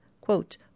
quote